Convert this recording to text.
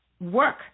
work